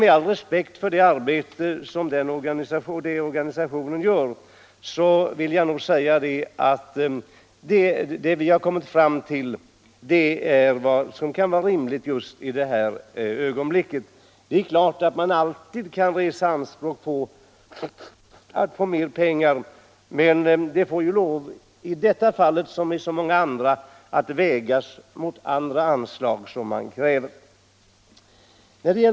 Med all respekt för det arbete som denna organisation gör vill jag nog säga att vad vi har kommit fram till är vad som kan vara rimligt just i detta ögonblick. Det är klart att man alltid kan resa anspråk på att få mer pengar, men det får ju, i detta fall som i så många andra, vägas mot andra anslag som krävs.